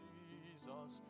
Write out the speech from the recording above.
Jesus